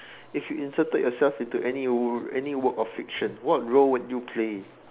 if you inserted yourself into any work any work of fiction what role would you play